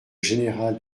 général